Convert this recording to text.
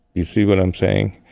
you see what i'm saying?